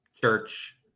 church